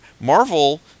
Marvel